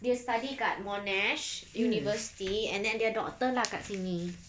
dia study kat monash university and then dia doctor lah kat sini